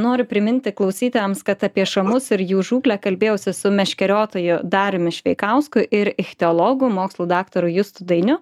noriu priminti klausytojams kad apie šamus ir jų žūklę kalbėjausi su meškeriotoju dariumi šveikausku ir ichtiologu mokslų daktaru justu dainiu